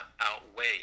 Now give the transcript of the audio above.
outweigh